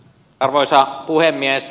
arvoisa puhemies